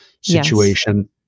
situation